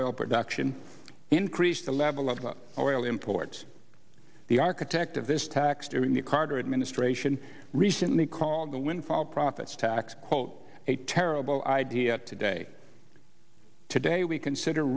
oil production increase the level of the oil imports the architect of this tax during the carter admin astray should recently called the windfall profits tax quote a terrible idea today today we consider